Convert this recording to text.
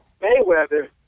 Mayweather